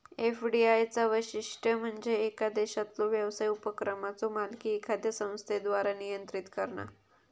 FDI चा वैशिष्ट्य म्हणजे येका देशातलो व्यवसाय उपक्रमाचो मालकी एखाद्या संस्थेद्वारा नियंत्रित करणा